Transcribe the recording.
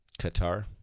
Qatar